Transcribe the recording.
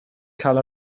cael